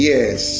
Yes